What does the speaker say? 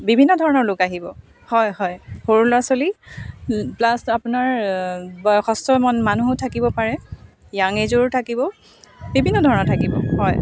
বিভিন্ন ধৰণৰ লোক আহিব হয় হয় সৰু ল'ৰা ছোৱালী প্লাছ আপোনাৰ বয়সষ্ঠ মানুহো থাকিব পাৰে য়াং এজৰো থাকিব বিভিন্ন ধৰণৰ থাকিব হয়